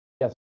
Yes